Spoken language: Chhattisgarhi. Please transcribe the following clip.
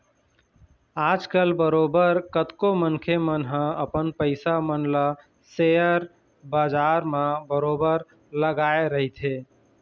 आजकल बरोबर कतको मनखे मन ह अपन पइसा मन ल सेयर बजार म बरोबर लगाए रहिथे